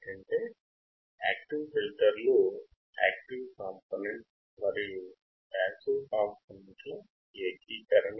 అంటే యాక్టివ్ ఫిల్టర్లు యాక్టివ్ కాంపొనెంట్లు మరియు పాసివ్ కాంపొనెంట్ల ఏకీకరణ